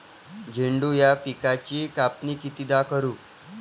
झेंडू या पिकाची कापनी कितीदा करू?